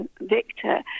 Victor